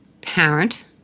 parent